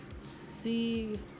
see